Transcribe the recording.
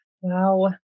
wow